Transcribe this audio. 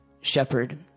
shepherd